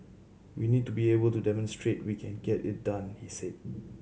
we need to be able to demonstrate we can get it done he said